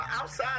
Outside